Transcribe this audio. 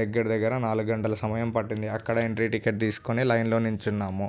దగ్గర దగ్గర నాలుగు గంటల సమయం పట్టింది అక్కడ ఎంట్రీ టికెట్ తీసుకొని లైన్లో నిల్చున్నాము